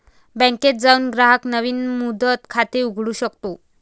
बँकेत जाऊन ग्राहक नवीन मुदत खाते उघडू शकतो